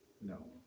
No